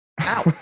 ow